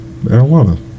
Marijuana